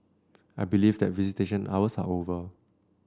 I believe that visitation hours are over